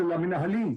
של המנהלים,